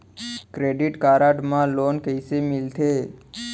Credit card मा loan कइसे लेथे?